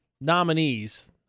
nominees